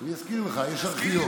אני אזכיר לך, יש ארכיון.